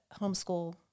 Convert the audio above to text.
homeschool